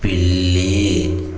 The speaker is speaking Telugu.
పిల్లి